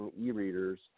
e-readers